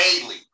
daily